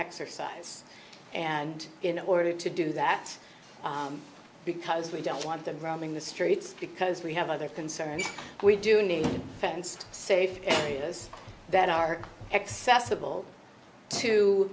exercise and in order to do that because we don't want them roaming the streets because we have other concerns we do need fenced safe areas that are accessible to